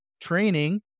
training